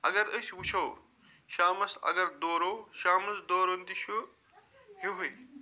اگر أسۍ وٕچھو شامَس اگر دورو شامَس دورُن تہِ چھُ ہِیُوُے